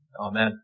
Amen